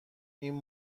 این